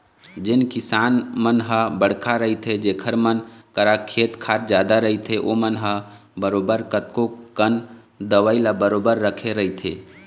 जेन किसान मन ह बड़का रहिथे जेखर मन करा खेत खार जादा रहिथे ओमन ह बरोबर कतको कन दवई ल बरोबर रखे रहिथे